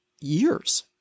years